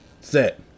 Set